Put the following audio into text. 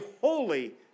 holy